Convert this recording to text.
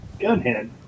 Gunhead